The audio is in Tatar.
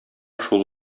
шул